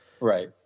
right